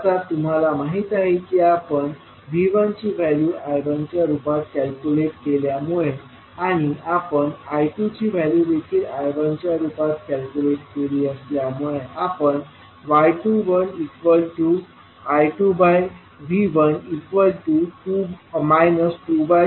आता तुम्हाला माहित आहे की आपण V1ची व्हॅल्यू I1च्या रूपात कॅल्क्युलेट केल्यामुळे आणि आपण I2ची व्हॅल्यू देखील I1च्या रूपात कॅल्क्युलेट केली असल्यामुळे आपण y21I2V1 23I143I1 0